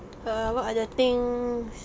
err what are the things